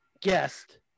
guest